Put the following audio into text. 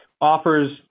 offers